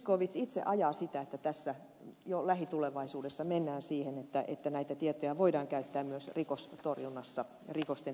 zyskowicz itse ajaa sitä että jo lähitulevaisuudessa mennään siihen että näitä tietoja voidaan käyttää myös rikostorjunnassa rikosten tutkimisessa